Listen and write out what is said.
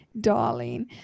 darling